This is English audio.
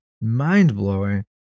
Mind-blowing